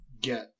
get